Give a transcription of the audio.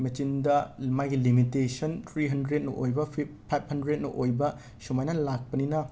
ꯃꯦꯆꯤꯟꯗ ꯃꯥꯒꯤ limitation three ꯍꯟꯗ꯭ꯔꯦꯠꯅ ꯑꯣꯏꯕ ꯐꯤꯞ ꯐꯥꯏꯞ ꯍꯟꯗ꯭ꯔꯦꯠꯅ ꯑꯣꯏꯕ ꯁꯨꯃꯥꯏꯅ ꯂꯥꯛꯄꯅꯤꯅ